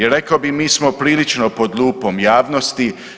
I rekao bih mi smo prilično pod lupom javnosti.